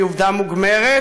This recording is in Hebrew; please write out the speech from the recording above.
שהיא עובדה מוגמרת,